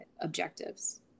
objectives